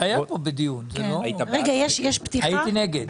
זה היה פה בדיון, הייתי נגד.